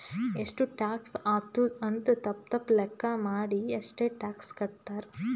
ಎಷ್ಟು ಟ್ಯಾಕ್ಸ್ ಆತ್ತುದ್ ಅಂತ್ ತಪ್ಪ ತಪ್ಪ ಲೆಕ್ಕಾ ಮಾಡಿ ಅಷ್ಟೇ ಟ್ಯಾಕ್ಸ್ ಕಟ್ತಾರ್